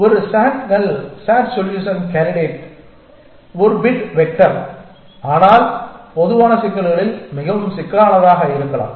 ஒரு SAT க்கள் SAT solution candidate ஒரு பிட் வெக்டர் ஆனால் பொதுவான சிக்கல்களில் மிகவும் சிக்கலானதாக இருக்கலாம்